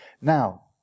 Now